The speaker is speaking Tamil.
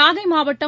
நாகை மாவட்டம்